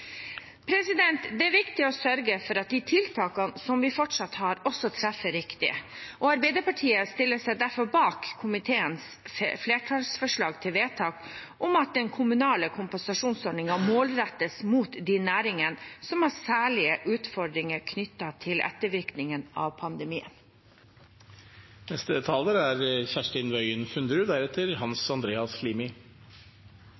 Det er viktig å sørge for at de tiltakene vi fortsatt har, treffer riktig, og Arbeiderpartiet stiller seg derfor bak komiteens flertallsforslag til vedtak om at den kommunale kompensasjonsordningen målrettes mot de næringene som har særlige utfordringer knyttet til ettervirkningene av pandemien.